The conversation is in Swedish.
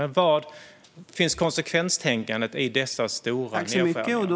Men var finns konsekvenstänkandet i dessa stora nedskärningar?